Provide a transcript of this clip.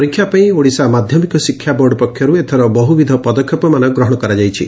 ପରୀକ୍ଷା ପାଇଁ ଓଡ଼ିଶା ମାଧ୍ଧମିକ ଶିକ୍ଷା ବୋର୍ଡ ପକ୍ଷର୍ର ଏଥର ବହୁବିଧ ପଦକ୍ଷେପମାନ ଗ୍ରହଶ କରାଯାଇଛି